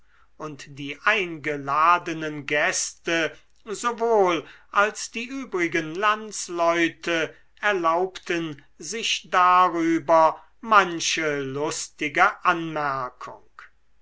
und die eingeladenen gäste sowohl als die übrigen landsleute erlaubten sich darüber manche lustige anmerkung